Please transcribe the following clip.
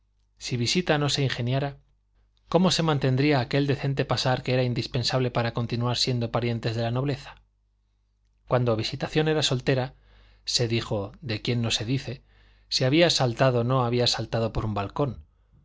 si visita no se ingeniara cómo se mantendría aquel decente pasar que era indispensable para continuar siendo parientes de la nobleza cuando visitación era soltera se dijo de quién no se dice si había saltado o no había saltado por un balcón